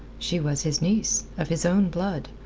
she was his niece, of his own blood,